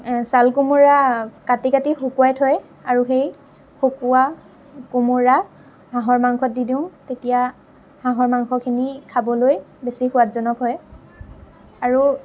চাল কোমোৰা কাটি কাটি শুকোৱাই থয় আৰু সেই শুকোৱা কোমোৰা হাঁহৰ মাংসত দি দিওঁ তেতিয়া হাঁহৰ মাংসখিনি খাবলৈ বেছি সোৱাদজনক হয় আৰু